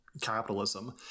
capitalism